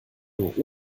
nur